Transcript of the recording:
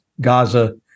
Gaza